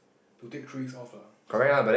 to take three weeks off lah so